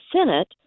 Senate